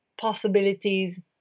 possibilities